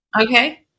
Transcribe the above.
Okay